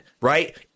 Right